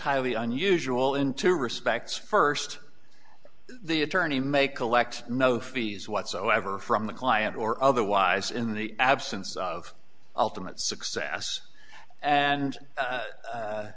highly unusual in two respects first the attorney may collect no fees whatsoever from the client or otherwise in the absence of ultimate success and